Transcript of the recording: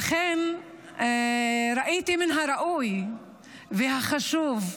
לכן, ראיתי שמן הראוי ומן החשוב,